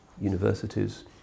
universities